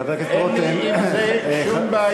אין לי עם זה שום בעיה.